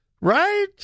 right